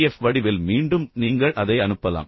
F வடிவில் மீண்டும் நீங்கள் அதை அனுப்பலாம்